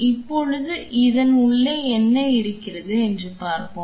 இப்போது இதன் உள்ளே என்ன இருக்கிறது என்று பார்ப்போம்